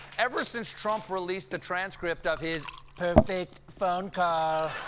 ever since trump released the transcript of his perfect phone call,